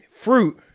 fruit